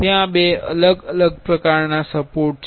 ત્યાં બે અલગ અલગ પ્રકારના સપોર્ટ છે